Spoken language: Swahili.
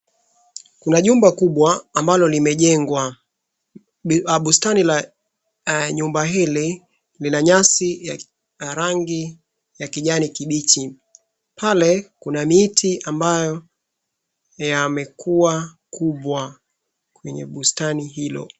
Kuna jumba kubwa ambalo limejengwa, bustani la nyumba hili lina nyasi ya rangi ya kijani kimbichi. Pale kuna miti ambayo yamekuwa kubwa kwenye bustani hilo.